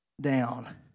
down